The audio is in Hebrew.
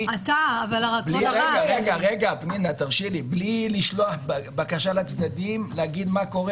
בלי לשלוח בקשה לצדדים להגיד מה קורה